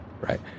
right